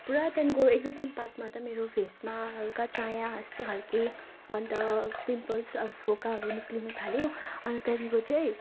पुरा त्यहाँको एक दुई दिन बादमा त मेरो फेसमा हल्का चाया यस्तो खाले अन्त पिम्पल्स अब फोकाहरू निस्कन थाल्यो अनि त्यहाँको चाहिँ